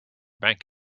bank